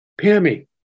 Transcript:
Pammy